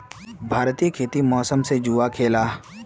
भारतीय खेती मौसम से जुआ खेलाह